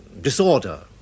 disorder